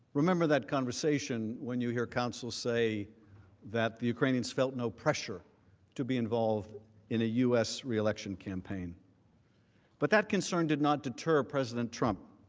remember that conversation when you hear counsel say that ukrainians felt no pressure to be involved in a u. s. reelection campaign but that concern did not deter president trump.